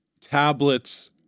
tablets